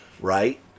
right